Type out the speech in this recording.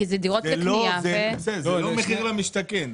כי זה דירות לקנייה ו -- זה לא מחיר למשתכן.